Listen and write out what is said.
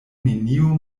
neniu